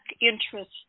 interest